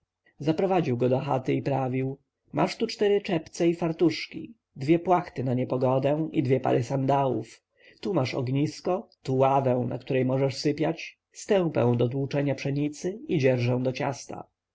zaprowadził go do chaty i prawił masz tu cztery czepce i fartuszki dwie płachty na niepogodę i dwie pary sandałów tu masz ognisko tu ławę na której można sypiać stępę do tłuczenia pszenicy i dzieżę do ciasta